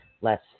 less